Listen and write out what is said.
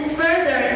further